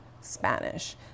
Spanish